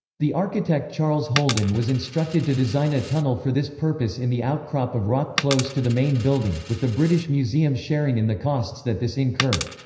the architect charles holden was instructed to design a tunnel for this purpose in the outcrop of rock close to the main building, with the british museum sharing in the costs that this incurred.